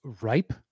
ripe